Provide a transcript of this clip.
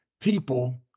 people